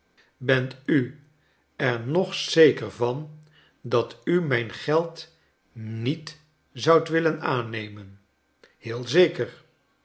bent u er nog zeker van dat u mijn geld niet zoudt willen aannemen heel zeker